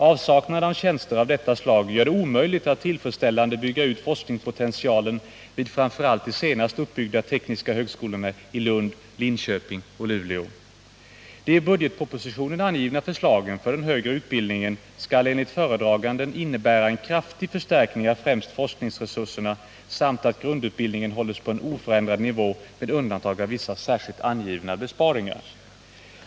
Avsaknaden av tjänster av detta slag gör det omöjligt att tillfredsställande bygga ut forskningspotentialen vid framför allt de senast uppbyggda tekniska högskolorna i Lund, Linköping och Luleå. skall, enligt föredraganden, innebära en kraftig förstärkning av främst forskningsresurserna samt att grundutbildningen hålles på en oförändrad nivå med undantag av vissa särskilt angivna besparingar.